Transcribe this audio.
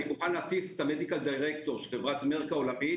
אני מוכן להטיס את medical director של החברה העולמית